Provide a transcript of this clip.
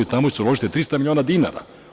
Tamo će se uložiti 300 miliona dinara.